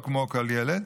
לא כמו כל ילד,